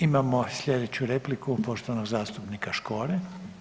Imamo slijedeću repliku poštovanog zastupnika Škore.